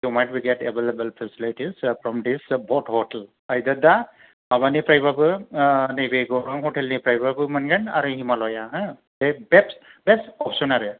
available facilities from both this hotel आइदार दा माबानिफ्राय बाबो नैबे गौरां हथेल निफ्रायबाबो मोनगोन हिमालाया हा बे बेस्त अफसन आरो